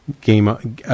game